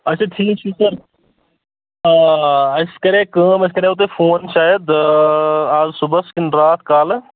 اچھا ٹھیٖک چھُ سَر آ اَسہِ کَرے کٲم اَسہِ کَریٛاو تۄہہِ فون شاید اَز صُبَحس کِنہٕ راتھ کالہٕ